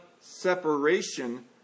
separation